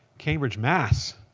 cambridge, mass.